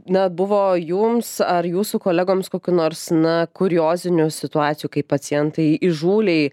na buvo jums ar jūsų kolegoms kokių nors na kuriozinių situacijų kai pacientai įžūliai